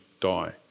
die